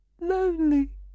lonely